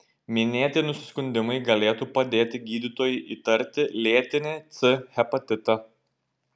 minėti nusiskundimai galėtų padėti gydytojui įtarti lėtinį c hepatitą